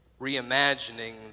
reimagining